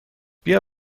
بیا